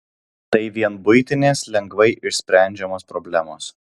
tai vien buitinės lengvai išsprendžiamos problemos